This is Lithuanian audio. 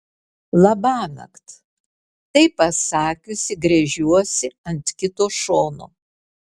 labanakt tai pasakiusi gręžiuosi ant kito šono